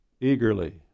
eagerly